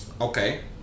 Okay